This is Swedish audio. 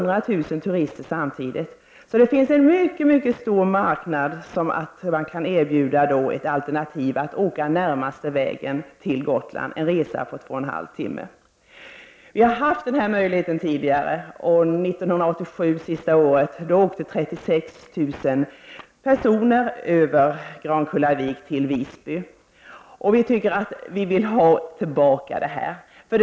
Det finns alltså en mycket stor marknad, som kan erbjudas som ett alternativ att åka närmaste vägen till Gotland — en resa på två och en halv timme. De har haft den möjligheten tidigare, och det sista året, 1987, åkte 36 000 personer över Grankullavik till Visby. Vi vill ha tillbaka den här trafiken.